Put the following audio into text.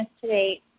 today